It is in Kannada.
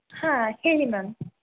ಹಾಂ ಹೇಳಿ ಮ್ಯಾಮ್